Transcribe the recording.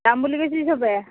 যাম বুলি কৈছে সবেই